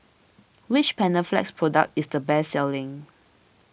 which Panaflex product is the best selling